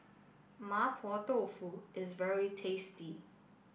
Mapo Tofu is very tasty